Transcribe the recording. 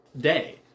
day